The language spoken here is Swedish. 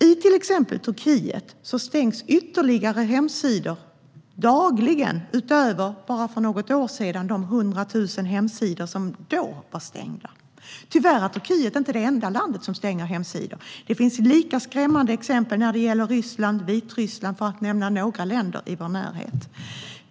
I till exempel Turkiet stängs ytterligare hemsidor dagligen, utöver de hundra tusen hemsidor som sedan något år är stängda. Tyvärr är Turkiet inte det enda landet som stänger hemsidor. Det finns lika skrämmande exempel när det gäller Ryssland och Vitryssland, för att nämna några länder i vår närhet.